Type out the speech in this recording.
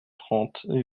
trente